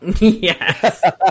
Yes